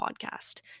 podcast